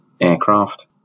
aircraft